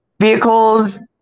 vehicles